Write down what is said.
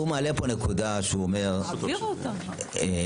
הוא מעלה כאן נקודה שבחלק מהסעיפים